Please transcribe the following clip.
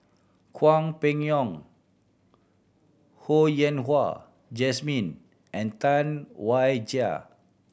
Hwang Peng Yuan Ho Yen Wah Jesmine and Tam Wai Jia